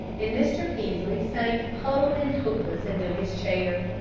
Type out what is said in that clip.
and mr. peaslee sank huddled and hopeless into his chair.